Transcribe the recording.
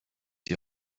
die